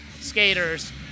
skaters